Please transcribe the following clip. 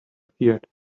appeared